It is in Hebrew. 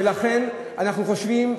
ולכן אנחנו חושבים,